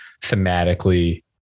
thematically